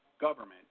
government